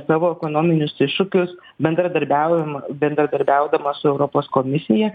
savo ekonominius iššūkius bendradarbiaujama bendradarbiaudama su europos komisija